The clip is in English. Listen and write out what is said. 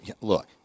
Look